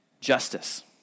justice